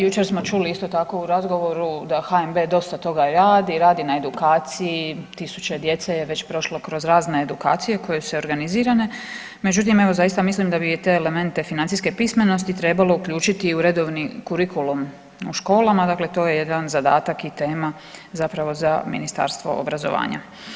Jučer smo čuli, isto tako, u razgovoru da HNB dosta toga i radi, radi na edukaciji, tisuće djece je već prošlo kroz razne edukacije koje su organizirane, međutim, evo zaista mislim da bi te elemente financijske pismenosti trebalo uključiti u redovni kurikulum u školama, dakle to je jedan zadatak i tema zapravo za Ministarstvo obrazovanja.